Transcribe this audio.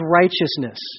righteousness